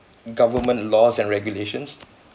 government laws and regulations